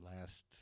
Last